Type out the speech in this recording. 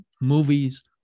movies